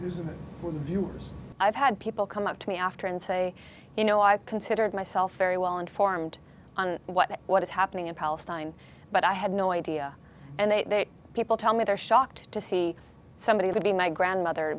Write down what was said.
our viewers i've had people come up to me after and say you know i considered myself very well informed on what what is happening in palestine but i had no idea and they people tell me they're shocked to see somebody could be my grandmother